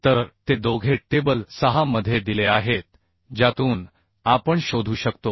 तर ते दोघे टेबल 6 मध्ये दिले आहेत ज्यातून आपण शोधू शकतो